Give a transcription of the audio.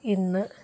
ഇന്ന്